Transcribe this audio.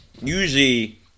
usually